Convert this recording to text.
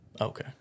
Okay